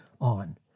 on